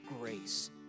grace